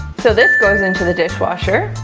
so this goes into the dishwasher.